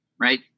right